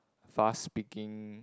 fast speaking